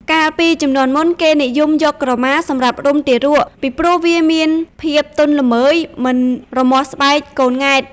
កាលពីជំនាន់មុន គេនិយមយកក្រមាសម្រាប់រុំទារក ពីព្រោះវាមានភាពទន់ល្មើយ មិនរមាស់ស្បែកកូនង៉ែត។